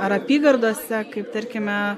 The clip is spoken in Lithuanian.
ar apygardose kaip tarkime